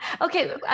Okay